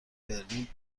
برلین